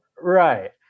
Right